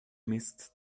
mist